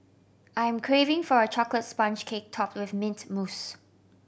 I am craving for a chocolate sponge cake top with mint mousse